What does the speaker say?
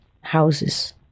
houses